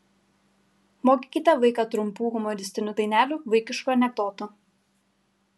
mokykite vaiką trumpų humoristinių dainelių vaikiškų anekdotų